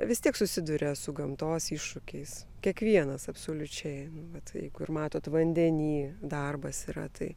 vis tiek susiduria su gamtos iššūkiais kiekvienas absoliučiai vat jeigu ir matot vandeny darbas yra tai